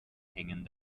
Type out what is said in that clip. hängen